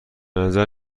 نظر